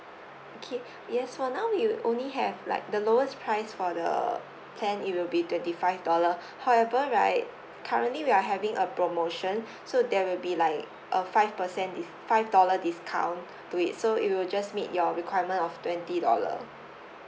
okay yes for now we only have like the lowest price for the plan it will be twenty five dollar however right currently we are having a promotion so there will be like a five percent dis~ five dollar discount to it so it will just meet your requirement of twenty dollar